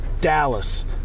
Dallas